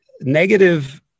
negative